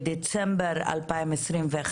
בדצמבר 2021,